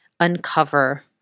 uncover